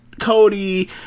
cody